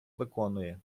виконує